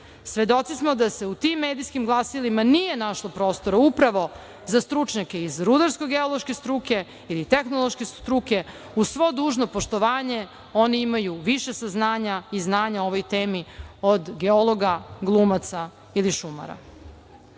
Jadar. Svedoci smo da se u tim medijskim glasilima nije našlo prostora upravo za stručnjake iz Rudarsko-geološke struke ili tehnološke struke. Uz svo dužno poštovanje, oni imaju više saznanja i znanja o ovoj temi od geologa, glumaca ili šumara. Hajde